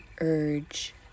urge